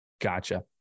Gotcha